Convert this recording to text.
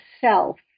self